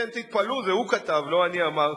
כן, תתפלאו, זה הוא כתב, לא אני אמרתי.